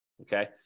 Okay